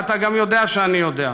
ואתה גם יודע שאני יודע,